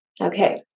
Okay